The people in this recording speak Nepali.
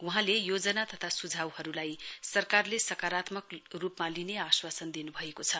वहाँले योजना तथा सुझाउहरुलाई सरकारले सकारात्मक रुपमा लिने आश्वासन दिनुभएको छ